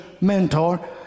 mentor